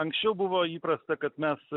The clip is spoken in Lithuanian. anksčiau buvo įprasta kad mes